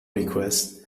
request